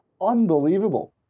Unbelievable